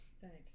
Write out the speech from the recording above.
thanks